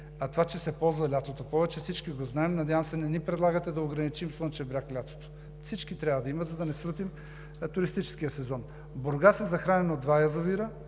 а това, че се ползва лятото повече, всички го знаем. Надявам се, не ни предлагате да ограничим Слънчев бряг лятото. Всички трябва да имат, за да не срутим туристическия сезон. Бургас е захранен от два язовира,